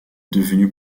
devenue